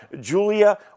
Julia